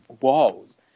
walls